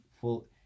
full